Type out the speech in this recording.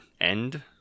end